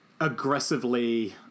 aggressively